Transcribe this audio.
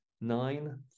nine